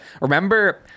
remember